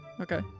Okay